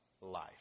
life